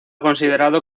considerado